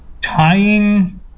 tying